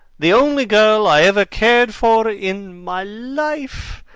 the only girl i ever cared for in my life.